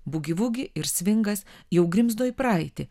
bugi vugi ir svingas jau grimzdo į praeitį